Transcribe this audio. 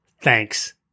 Thanks